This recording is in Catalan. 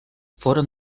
foren